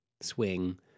swing